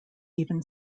even